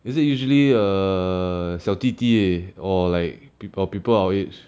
is it usually err 小弟弟 or like people people our age